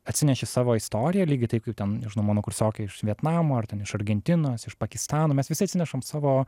atsineši savo istoriją lygiai taip kaip ten nežinau mano kursiokai iš vietnamo ar ten iš argentinos iš pakistano mes visi atsinešam savo